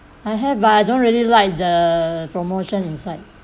I have but I don't really like the promotion inside